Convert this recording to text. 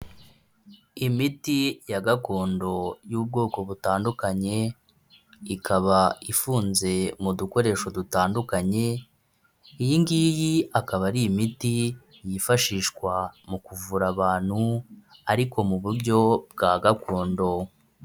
Imiti ya gakondo y'ubwoko butandukanye, ikaba ifunze mu dukoresho dutandukanye, iyi ngiyi ikaba ari imiti yifashishwa mu kuvura abantu ariko mu buryo bwa gakondo.